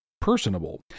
personable